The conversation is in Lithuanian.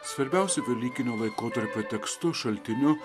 svarbiausiu velykinio laikotarpio tekstu šaltiniu